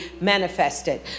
manifested